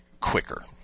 quicker